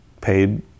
paid